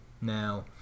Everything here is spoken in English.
Now